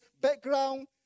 background